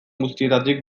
guztietatik